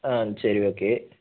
ஆ சரி ஓகே